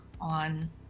on